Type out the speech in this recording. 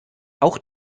auch